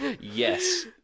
Yes